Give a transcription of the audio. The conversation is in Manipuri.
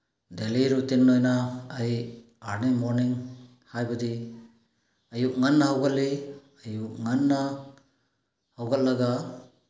ꯗꯦꯂꯤ ꯔꯨꯇꯤꯟ ꯑꯣꯏꯅ ꯑꯩ ꯑꯥꯔꯂꯤ ꯃꯣꯔꯅꯤꯡ ꯍꯥꯏꯕꯗꯤ ꯑꯌꯨꯛ ꯉꯟꯅ ꯍꯧꯒꯠꯂꯤ ꯑꯌꯨꯛ ꯉꯟꯅ ꯍꯧꯒꯠꯂꯒ